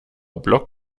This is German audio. block